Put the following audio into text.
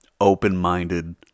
open-minded